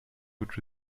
would